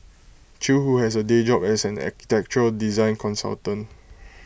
chew who has A day job as an architectural design consultant